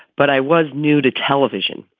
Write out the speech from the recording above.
but i was new to television.